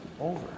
over